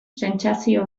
sentsazio